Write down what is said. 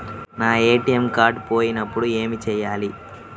నా ATM card పోయినప్పుడు ఏమి చేయాలి?